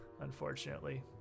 unfortunately